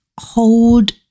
hold